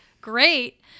great